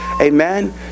amen